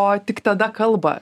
o tik tada kalba